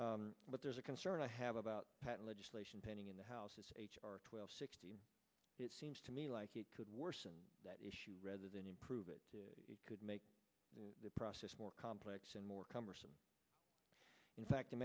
but there's a concern i have about that legislation pending in the house is h r twelve sixteen it seems to me like it could worsen that issue rather than improve it could make the process more complex and more cumbersome in fact the